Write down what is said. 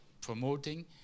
promoting